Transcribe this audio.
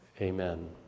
amen